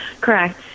Correct